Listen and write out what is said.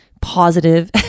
positive